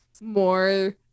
more